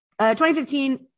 2015